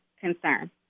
concern